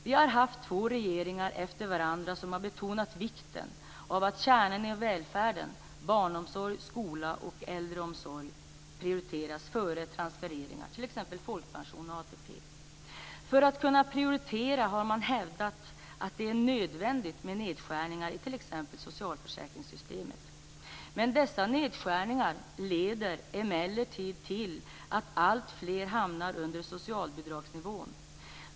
Vi har haft två regeringar efter varandra som har betonat vikten av att kärnan i välfärden - barnomsorg, skola och äldreomsorg - prioriteras före transfereringar, t.ex. folkpension och ATP. För att kunna prioritera har man hävdat att det är nödvändigt med nedskärningar i t.ex. socialförsäkringssystemet. Dessa nedskärningar leder emellertid till att alltfler hamnar under socialbidragsnivån.